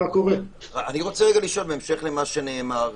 אני רוצה לשאול בהמשך למה שנאמר